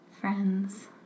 Friends